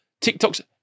TikTok's